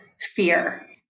fear